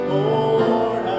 Lord